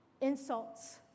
Insults